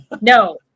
No